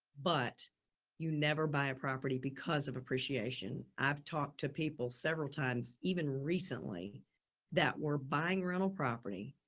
but you never buy a property because of appreciation. i've talked to people several times, even recently that we're buying rental property.